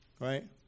Right